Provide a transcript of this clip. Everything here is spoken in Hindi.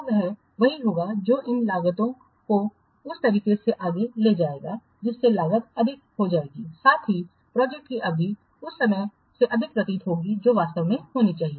तो यह वही होगा जो इन लागतों को उस तरीके से आगे ले जाएगा जिससे लागत अधिक हो जाएगी साथ ही प्रोजेक्ट की अवधि उस समय से अधिक प्रतीत होती है जो वास्तव में होनी चाहिए